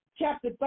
Chapter